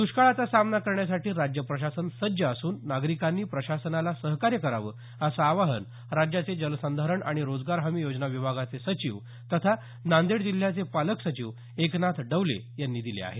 दष्काळाचा सामना करण्यासाठी राज्य प्रशासन सज्ज असून नागरिकांनी प्रशासनाला सहकार्य करावं असं आवाहन राज्याचे जलसंधारण आणि रोजगार हमी योजना विभागाचे सचिव तथा नांदेड जिल्ह्याचे पालक सचिव एकनाथ डवले यांनी दिले आहेत